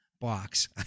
box